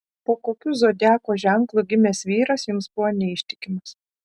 po kokiu zodiako ženklu gimęs vyras jums buvo neištikimas